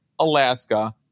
Alaska